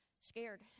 scared